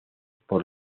por